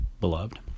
beloved